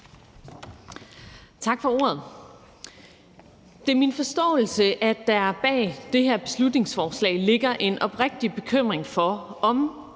Tak for ordet. Det er min forståelse, at der bag det her beslutningsforslag ligger en oprigtig bekymring for,